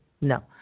No